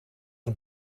een